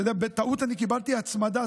אתה יודע, בטעות אני קיבלתי הצמדה.